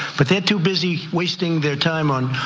but they are too busy wasting their time on